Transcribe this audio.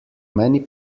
many